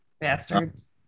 bastards